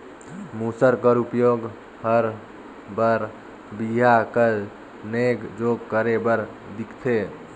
मूसर कर उपियोग हर बर बिहा कर नेग जोग करे बर दिखथे